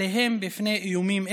שאין להם הכשרה או תעודה בתקשורת,